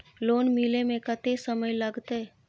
Loan मिले में कत्ते समय लागते?